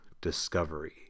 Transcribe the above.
discovery